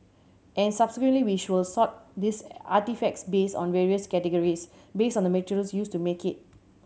and subsequently we sort these artefacts based on various categories based on the materials used to make it